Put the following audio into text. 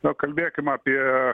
nu kalbėkim apie